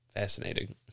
Fascinating